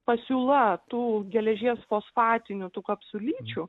pasiūla tų geležies fosfatinių tų kapsulyčių